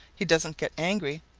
he doesn't get angry.